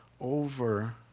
over